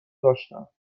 داشتم